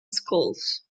schools